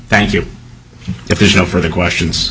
thank you if there's no further questions